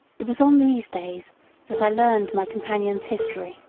it was on these days that i learned my companion's history.